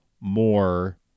more